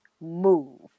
move